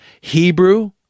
Hebrew